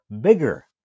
bigger